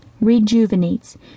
rejuvenates